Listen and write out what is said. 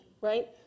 right